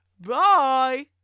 Bye